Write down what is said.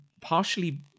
partially